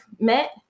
met